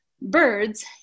birds